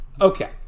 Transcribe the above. Okay